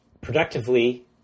productively